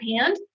hand